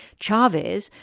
chavez,